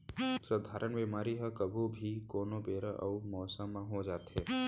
सधारन बेमारी ह कभू भी, कोनो बेरा अउ मौसम म हो जाथे